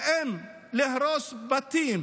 האם להרוס בתים